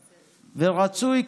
ורצוי,